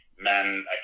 Men